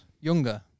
Younger